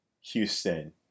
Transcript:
Houston